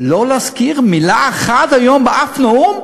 לא להזכיר מילה אחת היום באף נאום?